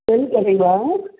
செல் கடைங்களா